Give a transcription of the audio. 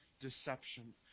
deception